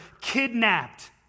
kidnapped